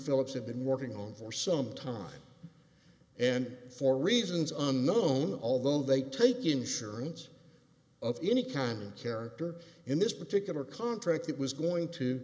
phillips had been working on for some time and for reasons unknown although they take insurance of any kind character in this particular contract it was going to